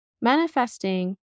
Manifesting